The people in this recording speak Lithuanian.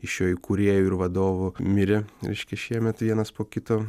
iš jo įkūrėjų ir vadovų mirė reiškia šiemet vienas po kito